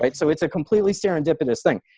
but so it's a completely serendipitous thing.